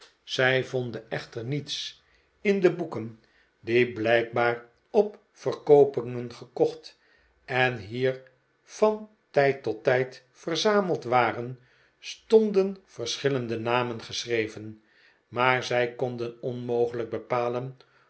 zij vonden echter niets in de boeken die blijkbaar op verkoopingen gekocht en hier van tijd tot tijd yerzameld waren stonden verschillende namen geschreven maar zij konden onmogelijk bepalen